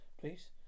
Please